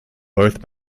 both